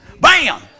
Bam